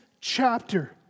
chapter